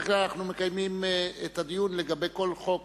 בקשת סיעות קדימה,